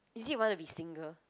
is it wanna be single